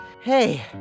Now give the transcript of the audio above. Hey